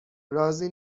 راضی